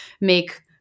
make